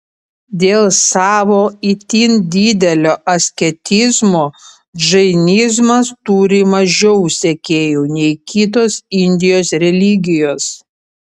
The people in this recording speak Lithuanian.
dėl savo itin didelio asketizmo džainizmas turi mažiau sekėjų nei kitos indijos religijos